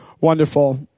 wonderful